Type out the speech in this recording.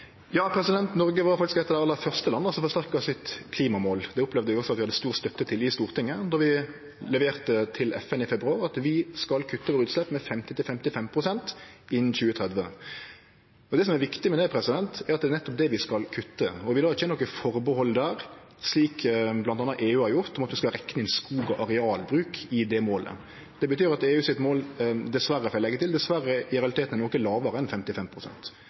var faktisk eit av dei aller første landa som forsterka klimamålet sitt. Det opplevde eg også at vi hadde stor støtte for i Stortinget då vi leverte til FN i februar at vi skal kutte utsleppa våre med 50–55 pst. innan 2030. Det som er viktig med det, er at det er nettopp det vi skal kutte. Vi la ikkje inn noko atterhald der, slik bl.a. EU har gjort, om at ein skal rekne inn skog og arealbruk i det målet. Det betyr at målet til EU – dessverre, får eg leggje til – i realiteten er noko lågare enn